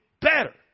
better